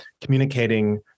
communicating